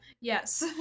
Yes